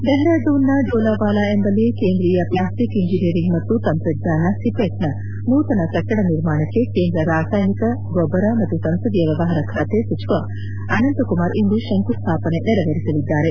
ಡೆಹರಾಡೂನ್ನ ಡೋಲ್ವಾಲ ಎಂಬಲ್ಲಿ ಕೇಂದ್ರೀಯ plastic engineering ಮತ್ತು ತಂತ್ರಜ್ಞಾನ ಸಿಪೆಟ್ ನ ನೂತನ ಕಟ್ಟಡ ನಿರ್ಮಾಣಕ್ಕೆ ಕೇಂದ್ರ ರಾಸಾಯನಿಕ ಗೊಬ್ಬರ ಮತ್ತು ಸಂಸದೀಯ ವ್ಯವಹಾರ ಖಾತೆ ಸಚಿವ ಅನಂತಕುಮಾರ್ ಇಂದು ಶಂಕುಸ್ಲಾಪನೆ ನೆರವೇರಿಸಲಿದ್ದಾರೆ